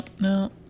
No